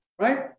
right